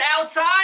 outside